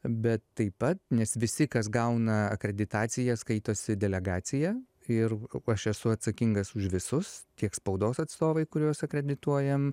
bet taip pat nes visi kas gauna akreditaciją skaitosi delegacija ir aš esu atsakingas už visus tiek spaudos atstovai kuriuos akredituojam